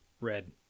Red